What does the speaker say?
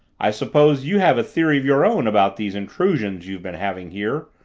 i suppose you have a theory of your own about these intrusions you've been having here?